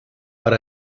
per